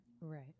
Right